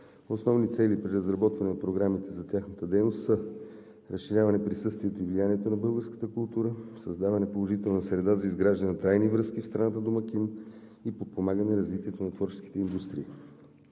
Основни цели при разработване на програмите за тяхната дейност са: разширяване присъствието и влиянието на българската култура; създаване положителна среда за изграждане на трайни връзки в страната домакин и подпомагане развитието на творческите индустрии.